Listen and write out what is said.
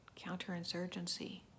counterinsurgency